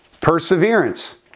perseverance